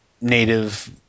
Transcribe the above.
native